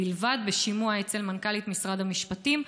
בלבד בשימוע אצל מנכ"לית משרד המשפטים.